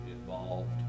involved